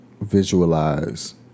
visualize